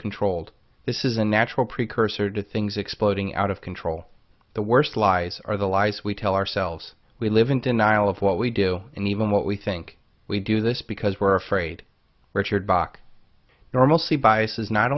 controlled this is a natural precursor to things exploding out of control the worst lies are the lies we tell ourselves we live in denial of what we do and even what we think we do this because we're afraid richard bach normalcy bias is not